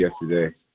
yesterday